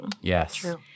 Yes